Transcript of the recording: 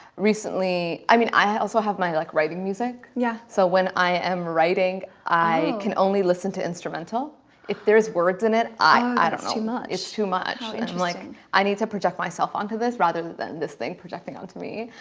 recently, i mean i also have my like writing music yeah, so when i am writing i can only listen to instrumental if there's words in it. i have too much. it's too much it's um like i need to project myself onto this rather than this thing projecting onto me.